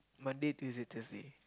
Monday Tuesday Thursday